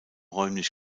räumlich